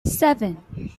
seven